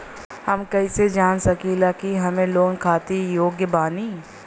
हम कईसे जान सकिला कि हम लोन खातिर योग्य बानी?